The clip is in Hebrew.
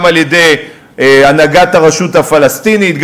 גם על-ידי הנהגת הרשות הפלסטינית,